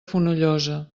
fonollosa